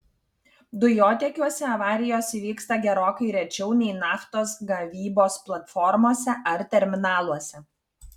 dujotiekiuose avarijos įvyksta gerokai rečiau nei naftos gavybos platformose ar terminaluose